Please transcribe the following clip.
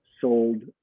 sold